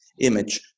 image